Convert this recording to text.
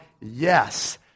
yes